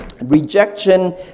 Rejection